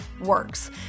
works